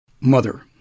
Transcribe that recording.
Mother